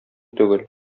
түгел